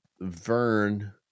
Vern